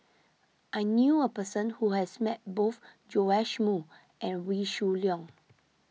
I knew a person who has met both Joash Moo and Wee Shoo Leong